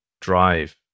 drive